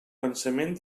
pensament